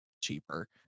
cheaper